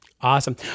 Awesome